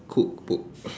cook book